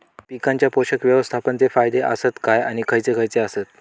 पीकांच्या पोषक व्यवस्थापन चे फायदे आसत काय आणि खैयचे खैयचे आसत?